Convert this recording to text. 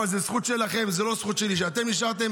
אבל זו הזכות שלכם, זו לא הזכות שלי, כשאתם נשארתם